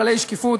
כללי שקיפות),